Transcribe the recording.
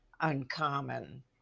uncommon